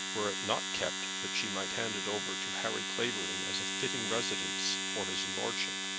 were it not kept that she might hand it over to harry clavering as a fitting residence for his lordship.